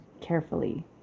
carefully